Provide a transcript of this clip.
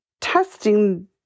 testing